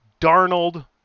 Darnold